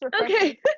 okay